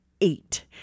eight